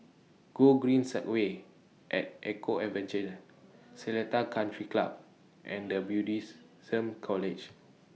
Gogreen Segway At Eco Adventure Seletar Country Club and The Buddhist Some College